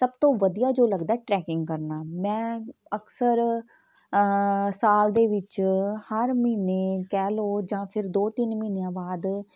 ਸਭ ਤੋਂ ਵਧੀਆ ਜੋ ਲੱਗਦਾ ਟਰੈਕਿੰਗ ਕਰਨਾ ਮੈਂ ਅਕਸਰ ਸਾਲ ਦੇ ਵਿੱਚ ਹਰ ਮਹੀਨੇ ਕਹਿ ਲਓ ਜਾਂ ਫਿਰ ਦੋ ਤਿੰਨ ਮਹੀਨਿਆਂ ਬਾਅਦ